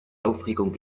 aufregung